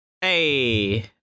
Hey